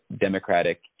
Democratic